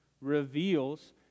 Reveals